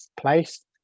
place